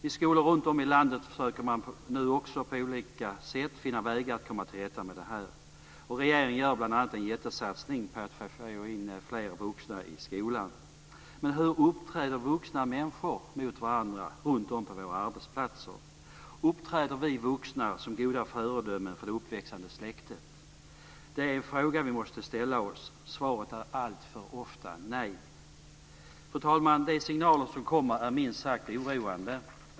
I skolor runtom i landet försöker man nu också finna vägar att komma till rätta med det här. Och regeringen gör bl.a. en jättesatsning på att få in fler vuxna i skolan. Men hur uppträder vuxna människor mot varandra runtom på våra arbetsplatser? Uppträder vi vuxna som goda föredömen för det uppväxande släktet? Det är frågan som vi måste ställa oss. Men svaret är alltför ofta nej. Fru talman! De signaler som kommer är minst sagt oroande.